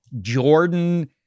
Jordan